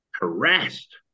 harassed